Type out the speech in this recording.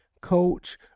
Coach